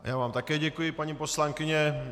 Já vám také děkuji, paní poslankyně.